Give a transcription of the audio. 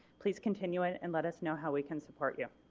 please continue it and let us know how we can support you.